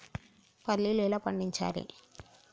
పల్లీలు ఎలా పండించాలి?